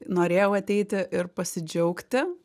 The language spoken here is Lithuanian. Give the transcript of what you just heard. norėjau ateiti ir pasidžiaugti